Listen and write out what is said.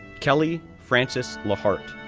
kelly frances lahart,